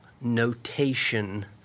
notation